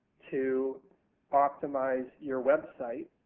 to optimize your website,